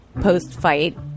post-fight